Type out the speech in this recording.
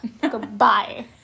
Goodbye